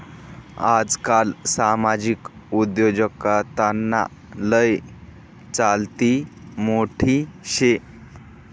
आजकाल सामाजिक उद्योजकताना लय चलती मोठी शे